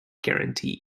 guarantee